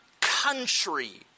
country